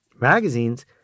Magazines